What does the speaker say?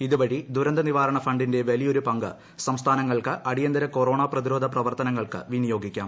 ഇതുവഴി ദുരന്തനിവാരണ ഫണ്ടിന്റെ വലിയൊരു പങ്ക് സംസ്ഥാനങ്ങൾക്ക് അടിയന്തിര കൊറോണ പ്രതിരോധ പ്രവർത്തനങ്ങൾക്ക് വിനിയോഗിക്കാം